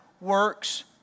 works